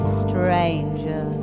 stranger